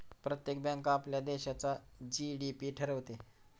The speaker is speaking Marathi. प्रत्येक बँक आपल्या देशाचा जी.डी.पी ठरवते